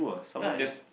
ya is